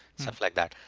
stuff like that.